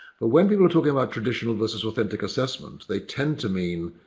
but when people are talking about traditional versus authentic assessment they tend to mean.